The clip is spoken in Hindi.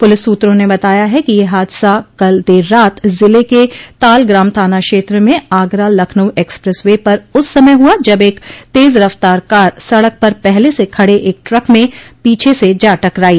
पुलिस सूत्रों ने बताया है कि यह हादसा कल देर रात जिले के तालग्राम थाना क्षेत्र में आगरा लखनऊ एक्सप्रेस वे पर उस समय हुआ जब एक तेज रफ्तार कार सड़क पर पहले से खड़े एक ट्रक में पीछे से जा टकराई